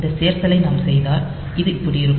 இந்த சேர்த்தலை நாம் செய்தால் இது இப்படி இருக்கும்